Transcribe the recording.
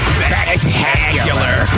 Spectacular